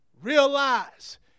Realize